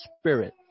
Spirit